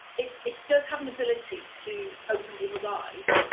it it does have an ability to open people's eyes,